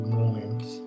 moments